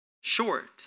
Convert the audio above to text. short